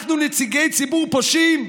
אנחנו נציגי ציבור פושעים?